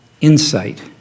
insight